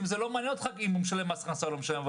לא מעניין אותך אם הוא משלם מס הכנסה או לא משלם,